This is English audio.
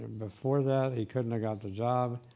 before that he couldn't have got the job,